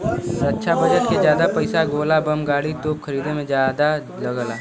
रक्षा budget के जादा पइसा गोला बम गाड़ी, तोप खरीदे में जादा लगला